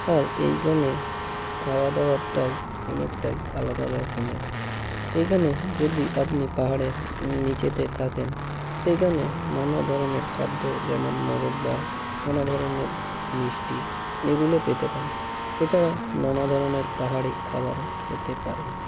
আর এইগানে খাওয়া দাওয়াটাও অনেকটাই আলাদা রকমের এইখানে যদি আপনি পাহাড়ের নিচেতে থাকেন সেইখানে নানা ধরনের খাদ্য যেমন মোরব্বা নানা ধরনের মিষ্টি এগুলো পেতে পারেন এছাড়া নানা ধরনের পাহাড়ি খাবারও খেতে পারেন